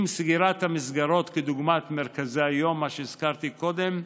עם סגירת מסגרות דוגמת מרכזי היום שהזכרתי קודם,